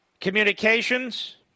communications